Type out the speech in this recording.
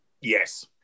Yes